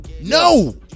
No